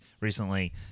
recently